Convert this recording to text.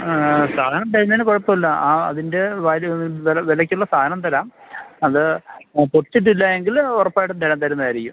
സാധനം തരുന്നതെന്ന് കുഴപ്പമില്ല ആ അതിൻ്റെ വരും വില വിളക്കുള്ള സാധനം തരാം അത് ആ പൊട്ടിച്ചില്ല എങ്കിൽ ഉറപ്പായിട്ടും തരാം തരുന്നതായിരിക്കും